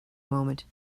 moment